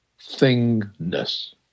thingness